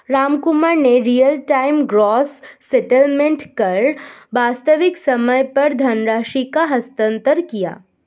रामकुमार ने real time gross settlement कर वास्तविक समय पर धनराशि का हस्तांतरण किया